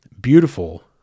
beautiful